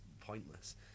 pointless